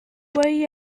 worry